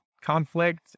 conflict